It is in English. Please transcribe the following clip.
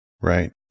Right